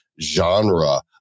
genre